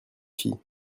fille